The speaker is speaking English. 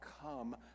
come